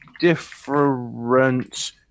different